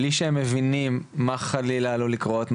בלי שהם מבינים מה חלילה עלול לקרות,